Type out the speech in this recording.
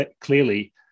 clearly